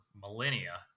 millennia